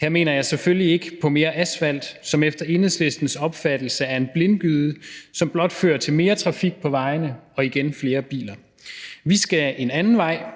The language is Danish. Her tænker jeg selvfølgelig ikke på mere asfalt, hvilket efter Enhedslistens opfattelse er en blindgyde, som blot fører til mere trafik på vejene og igen flere biler. Vi skal en anden vej,